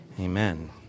Amen